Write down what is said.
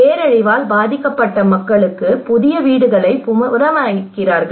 பேரழிவால் பாதிக்கப்பட்ட மக்களுக்கு புதிய வீடுகளை புனரமைக்கிறீர்கள்